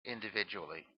individually